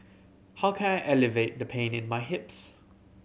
how can I alleviate the pain in my hips